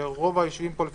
רוב היושבים פה סביב השולחן,